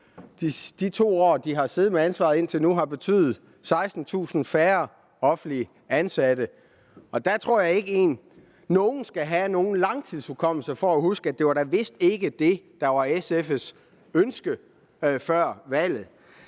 de indtil nu har siddet med ansvaret, har betydet 16.000 færre offentligt ansatte. Og der tror jeg ikke at man skal have nogen langtidshukommelse for at huske, at det da vist ikke var det, der var SF's ønske før valget.